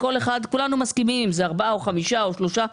כולנו מסכימים שאם אלה ארבעה או חמישה או שלושה,